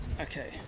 Okay